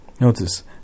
Notice